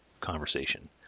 conversation